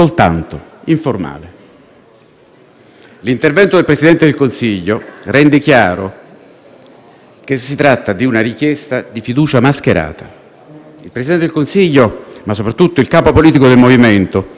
che si tratta di una richiesta di fiducia mascherata. Il Presidente del Consiglio, ma soprattutto il capo politico del Movimento, anche attraverso il Presidente del Gruppo parlamentare del MoVimento 5 Stelle del Senato, stanno minacciosamente